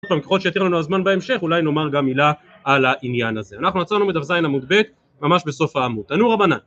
ככל שיתיר לנו הזמן בהמשך אולי נאמר גם מילה על העניין הזה. אנחנו עצרנו בדף זין עמוד ב', ממש בסוף העמוד, תנו רבנן